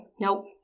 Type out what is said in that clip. nope